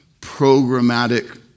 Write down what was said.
programmatic